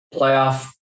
Playoff